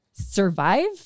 survive